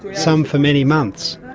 some for many months.